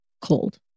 cold